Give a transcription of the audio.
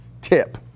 tip